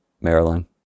Marilyn